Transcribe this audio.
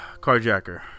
Carjacker